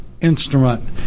instrument